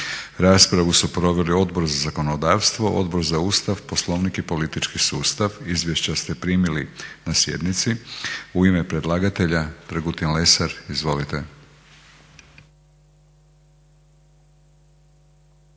Raspravu su proveli Odbor za zakonodavstvo, Odbor za Ustav, Poslovnik i politički sustav. Izvješća ste primili na sjednici. U ime predlagatelja Dragutin Lesar. Izvolite.